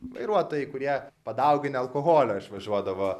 vairuotojai kurie padauginę alkoholio išvažiuodavo